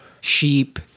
sheep